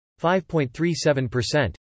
5.37%